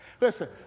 Listen